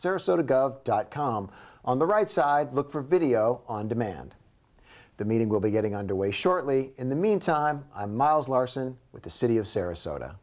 sarasota go of dot com on the right side look for video on demand the meeting will be getting underway shortly in the meantime i'm miles larson with the city of sarasota